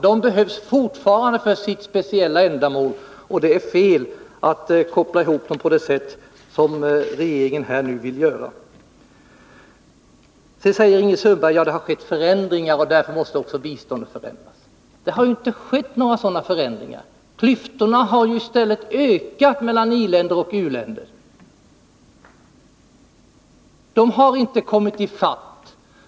Dessa behövs fortfarande för sitt speciella ändamål, och det är fel att göra den koppling som regeringen nu vill göra. Ingrid Sundberg säger att det skett förändringar, och därför måste också biståndet förändras. Men det har inte skett några sådana förändringar. Klyftorna har i stället ökat mellan i-länder och u-länder. U-länderna har inte kommit ifatt.